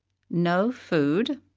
no food,